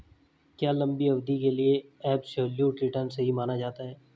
क्या लंबी अवधि के लिए एबसोल्यूट रिटर्न सही माना जाता है?